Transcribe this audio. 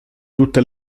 tutte